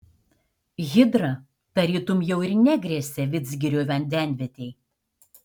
hidra tarytum jau ir negresia vidzgirio vandenvietei